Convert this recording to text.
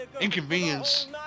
Inconvenience